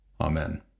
Amen